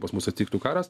pas mus atiktų karas